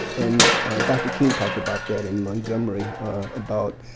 and dr. king talked about that in montgomery, about